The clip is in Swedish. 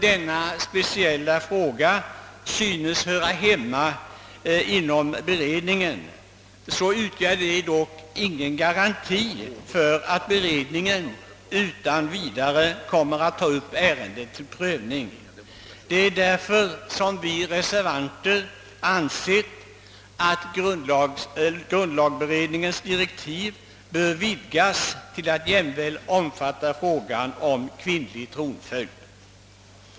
Denna speciella fråga synes visserligen höra till dem som beredningen skall behandla, men det utgör ingen garanti för att beredningen utan vidare kommer att ta upp ärendet till prövning. Det är därför som vi reservanter ansett att grundlagberedningens direk tiv bör vidgas till att jämväl omfatta frågan om kvinnlig tronföljd.